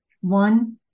One